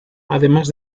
además